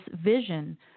vision